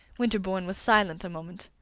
winterbourne was silent a moment.